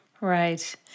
Right